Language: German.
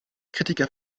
kritiker